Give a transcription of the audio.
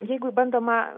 jeigu bandoma